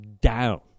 down